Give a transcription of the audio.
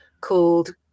called